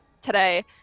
today